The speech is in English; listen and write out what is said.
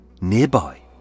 nearby